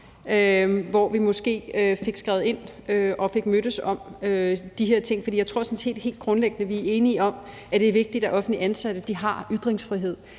hvor vi måske fik skrevet ind og fik mødtes om de her ting. For jeg tror sådan set helt grundlæggende, vi er enige om, at det er vigtigt, at offentligt ansatte har ytringsfrihed.